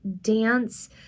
dance